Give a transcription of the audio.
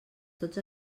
tots